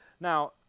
Now